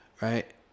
right